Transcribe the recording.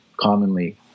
commonly